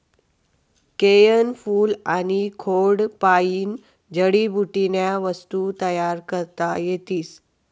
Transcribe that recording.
केयनं फूल आनी खोडपायीन जडीबुटीन्या वस्तू तयार करता येतीस